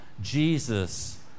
Jesus